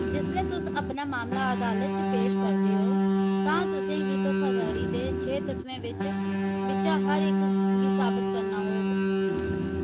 जिसलै तुस अपना मामला अदालत च पेश करदे ओ तां तुसें गी धोखाधड़ी दे छें तत्वें बिच्चा हर इक गी साबत करना होग